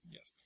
Yes